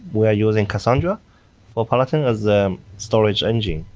we're using cassandra for peloton as the storage engine.